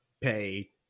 pay